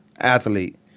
athlete